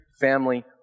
family